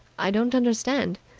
i don't understand.